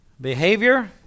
behavior